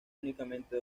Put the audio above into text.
únicamente